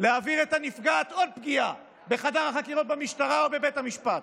להעביר את הנפגעת עוד פגיעה בחדר החקירות במשטרה או בבית המשפט.